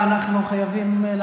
מה יש לך עם הטופס?